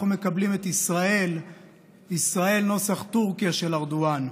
אנחנו מקבלים את ישראל נוסח טורקיה של ארדואן.